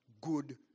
good